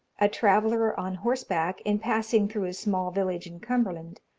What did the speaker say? a traveller on horseback, in passing through a small village in cumberland,